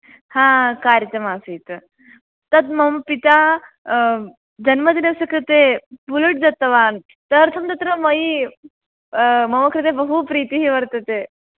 आम् कार्यक्रमः आसीत् तद् मम पिता जन्मदिनस्य कृते बुलेट् दत्तवान् तदर्थं तत्र मयि मम कृते बहु प्रीतिः वर्तते